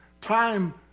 Time